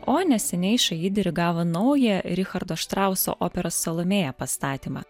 o neseniai šaji dirigavo naują richardo štrauso operos salomėja pastatymą